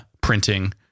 printing